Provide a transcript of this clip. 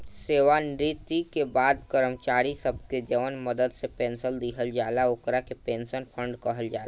सेवानिवृत्ति के बाद कर्मचारी सब के जवन मदद से पेंशन दिहल जाला ओकरा के पेंशन फंड कहल जाला